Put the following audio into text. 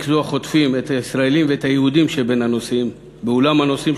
ריכזו החוטפים את הישראלים ואת היהודים שבין הנוסעים באולם הנוסעים